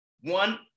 one